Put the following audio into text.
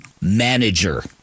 manager